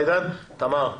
תמר.